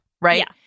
right